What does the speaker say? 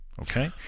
Okay